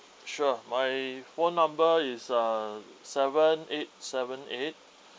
sure my phone number is uh seven eight seven eight